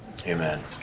Amen